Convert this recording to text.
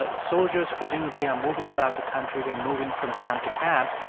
ah soldiers presumably are moving about the country. they're moving from camp to camp.